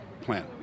plan